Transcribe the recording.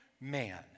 Man